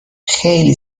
خیلی